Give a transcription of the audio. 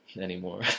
anymore